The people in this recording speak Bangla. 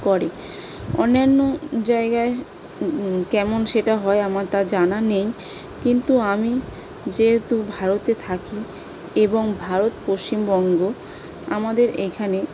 করে অন্যান্য জায়গায় কেমন সেটা হয় আমার তা জানা নেই কিন্তু আমি যেহেতু ভারতে থাকি এবং ভারত পশ্চিমবঙ্গ আমাদের এখানে